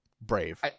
Brave